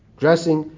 dressing